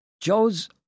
Joe's